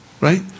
right